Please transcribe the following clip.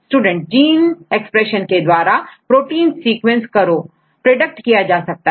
student gene expression के द्वारा protein sequence predict किया जा सकता है